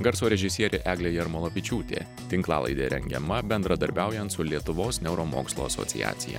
garso režisierė eglė jarmolavičiūtė tinklalaidė rengiama bendradarbiaujant su lietuvos neuromokslų asociacija